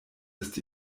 ist